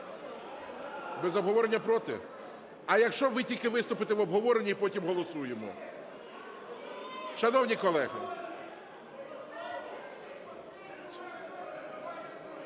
Без обговорення проти? А якщо ви тільки виступите в обговоренні, і потім голосуємо? Шановні колеги!